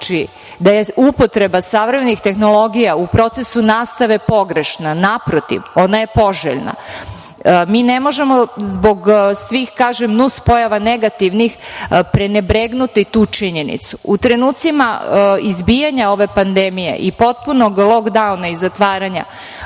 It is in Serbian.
da je upotreba savremenih tehnologija u procesu nastave pogrešna. Naprotiv, ona je poželjna. Mi ne možemo zbog svih, kažem, nuspojava negativnih prenebregnuti tu činjenicu.U trenucima izbijanja ove pandemije i potpunog lokdauna i zatvaranja